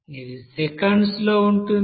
ఇది సెకండ్స్ లో ఉంటుంది